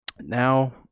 now